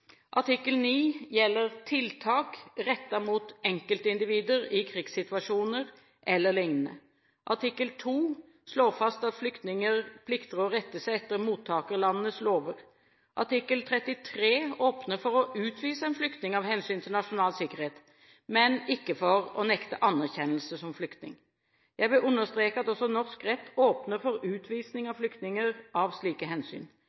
Artikkel 9 gjelder tiltak rettet mot enkeltindivider i krigssituasjoner eller lignende. Artikkel 2 slår fast at flyktninger plikter å rette seg etter mottakerlandets lover. Artikkel 33 åpner for å utvise en flyktning av hensyn til nasjonal sikkerhet, men ikke for å nekte anerkjennelse som flyktning. Jeg vil understreke at også norsk rett åpner for utvisning av flyktninger av slike hensyn.